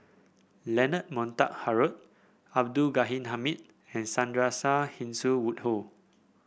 Leonard Montague Harrod Abdul Ghani Hamid and Sandrasegaran Woodhull